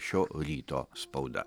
šio ryto spauda